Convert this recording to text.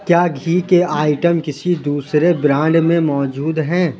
کیا گھی کے آئٹم کسی دوسرے برانڈ میں موجود ہیں